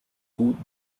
coup